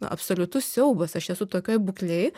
absoliutus siaubas aš esu tokioj būklėj